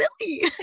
silly